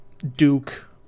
Duke